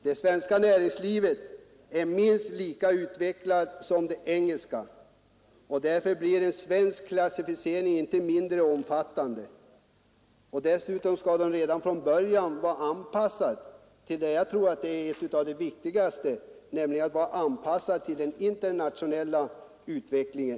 Det svenska näringslivet därför blir en svensk kla är minst lika utvecklat som det engelska, och ificering inte mindre omfattande. Dessutom måste den redan från början — det tror jag är något av det viktigaste vara anpassad till den internationella utvecklingen.